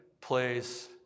place